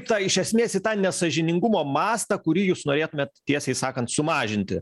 tą iš esmės į tą nesąžiningumo mastą kurį jūs norėtumėt tiesiai sakant sumažinti